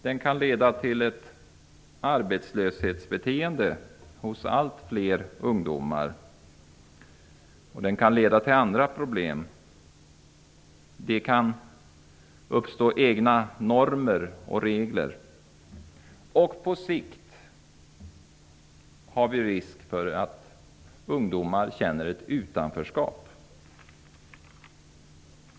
Den kan leda till ett arbetslöshetsbeteende och andra problem hos allt fler ungdomar. Det kan uppstå egna normer och regler hos dessa ungdomar. På sikt finns det risk för att ungdomar känner ett utanförskap.